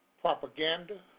propaganda